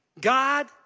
God